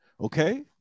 okay